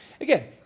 Again